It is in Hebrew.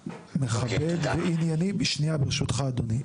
והן אינן רוצות לטפל בגבר;